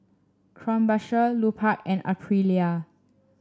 Krombacher Lupark and Aprilia